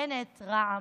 בנט, רע"מ,